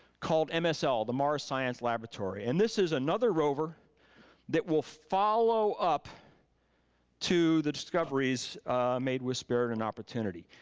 called msl, the mars science laboratory. and this is another rover that will follow up to the discoveries made with spirit and opportunity.